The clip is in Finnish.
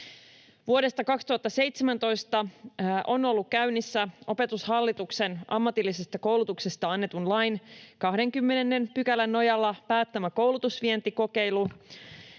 Vuodesta 2017 on ollut käynnissä Opetushallituksen ammatillisesta koulutuksesta annetun lain 20 §:n nojalla päättämä koulutusvientikokeilu,